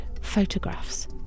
photographs